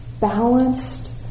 balanced